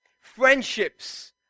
Friendships